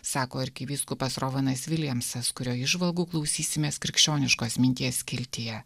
sako arkivyskupas rovanas viljamsas kurio įžvalgų klausysimės krikščioniškos minties skiltyje